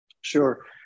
Sure